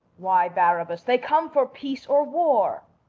why, barabas, they come for peace or war.